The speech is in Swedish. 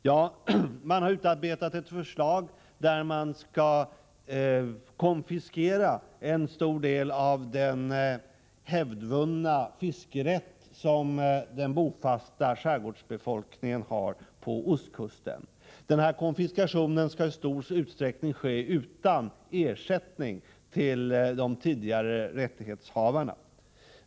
Ja, man har utarbetat ett förslag om att konfiskera en stor del av den hävdvunna fiskerätt som den bofasta skärgårdsbefolkningen har på ostkusten. Denna konfiskation skall i stor utsträckning ske utan ersättning till de tidigare rättshavarna.